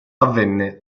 avvenne